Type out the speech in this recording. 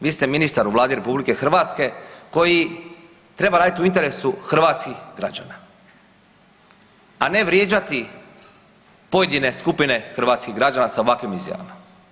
Vi ste ministar u Vladi RH koji treba radit u interesu hrvatskih građana, a ne vrijeđati pojedine skupine hrvatskih građana sa ovakvim izjavama.